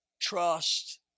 trust